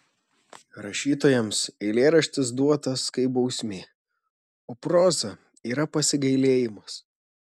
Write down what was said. rašytojams eilėraštis duotas kaip bausmė o proza yra pasigailėjimas